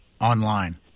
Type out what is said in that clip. online